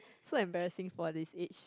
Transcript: so embarrassing for this age